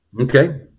Okay